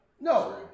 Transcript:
No